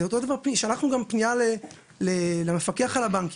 שלחנו גם פניה למפקח על הבנקים.